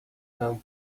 than